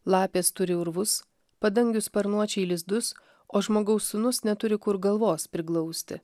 lapės turi urvus padangių sparnuočiai lizdus o žmogaus sūnus neturi kur galvos priglausti